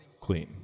clean